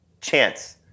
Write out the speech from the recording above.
chance